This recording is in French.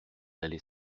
allait